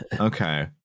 Okay